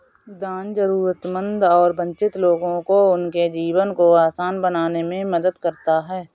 दान जरूरतमंद और वंचित लोगों को उनके जीवन को आसान बनाने में मदद करता हैं